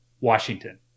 Washington